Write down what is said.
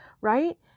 right